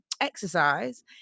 exercise